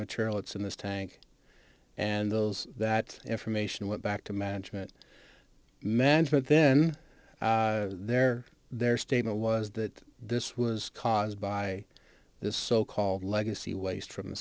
material it's in this tank and those that information went back to management management then there their statement was that this was caused by this so called legacy waste from the